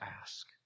ask